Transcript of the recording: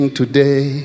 today